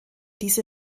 diese